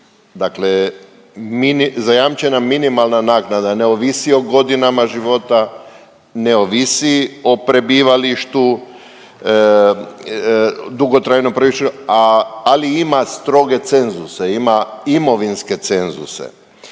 dakle mi, zajamčena minimalna naknada ne ovisi o godinama života, ne ovisi o prebivalištu, dugotrajnom prebivalištu, ali ima stroge cenzuse, ima imovinske cenzuse.